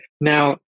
Now